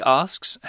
asks